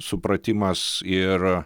supratimas ir